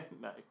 No